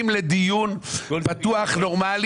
אתה חותם איתי על בקשה של שליש חברי הוועדה?